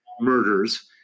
murders